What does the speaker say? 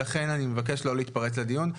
ולכן אני מבקש לא להתפרץ לדיון.